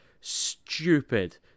stupid